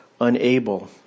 unable